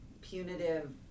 punitive